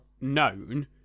known